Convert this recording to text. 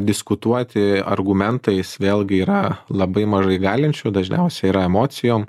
diskutuoti argumentais vėlgi yra labai mažai galinčių dažniausiai yra emocijom